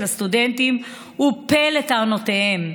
הסטודנטים בישראל במגוון תפקידים,